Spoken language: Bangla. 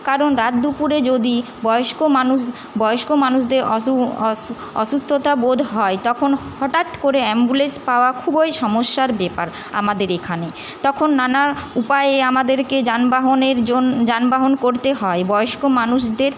কারণ রাতদুপুরে যদি বয়স্ক মানুষ বয়স্ক মানুষদের অসুস্থতা বোধ হয় তখন হঠাৎ করে অ্যাম্বুলেন্স পাওয়া খুবই সমস্যার ব্যাপার আমাদের এখানে তখন নানা উপায়ে আমাদেরকে যানবাহনের যানবাহন করতে হয় বয়স্ক মানুষদের